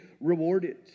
rewarded